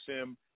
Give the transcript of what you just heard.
sim